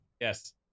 Yes